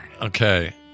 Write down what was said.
Okay